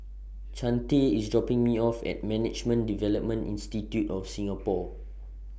Chante IS dropping Me off At Management Development Institute of Singapore